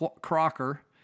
Crocker